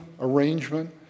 arrangement